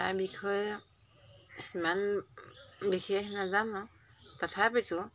তাৰ বিষয়ে ইমান বিশেষ নাজানো তথাপিতো